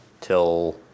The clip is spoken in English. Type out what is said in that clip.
till